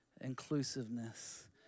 inclusiveness